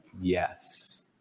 Yes